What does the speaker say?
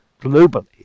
globally